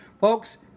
Folks